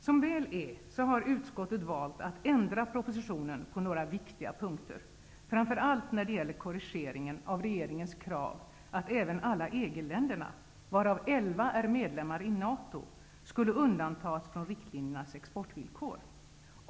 Som väl är har utskottet valt att ändra propsitionen på några viktiga punkter, framför allt när det gäller korrigeringen av regeringens krav att även alla EG länder, varav elva är medlemmar i NATO, skulle undantas från riktlinjernas exportvillkor.